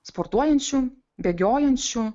sportuojančių bėgiojančių